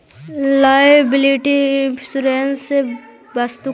liability insurance वस्तु company द्वारा प्रदान कैइल गेल क्षतिपूर्ति के एक स्वरूप हई